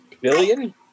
billion